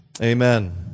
Amen